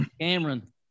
Cameron